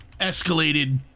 escalated